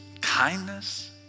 kindness